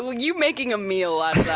you're making a meal out of that.